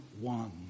one